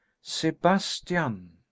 Sebastian